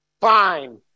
fine